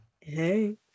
Hey